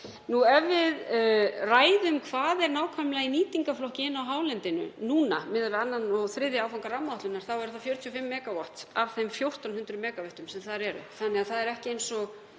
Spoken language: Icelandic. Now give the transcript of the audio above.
Ef við ræðum hvað er nákvæmlega í nýtingarflokki inni á hálendinu núna miðað við annan og þriðja áfanga rammaáætlunar eru það 45 megavött af þeim 1.400 megavöttum sem þar eru, þannig að það er ekki eins og